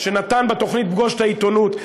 שנתן בתוכנית "פגוש את העיתונות",